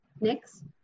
Next